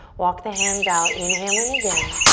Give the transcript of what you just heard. walk the hands out, inhale in again.